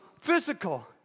physical